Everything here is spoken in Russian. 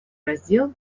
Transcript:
раздел